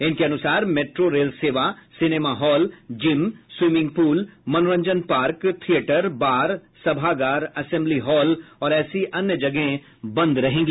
इनके अनुसार metro rail सेवा cinema hall gym swimming pool मनोरंजन पार्क थिएटर बार सभागार असेम्बली हॉल और ऐसी अन्य जगहें बंद रहेंगी